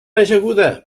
ajaguda